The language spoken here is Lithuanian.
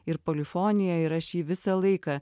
ir polifonija ir aš jį visą laiką